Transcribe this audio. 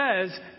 says